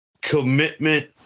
commitment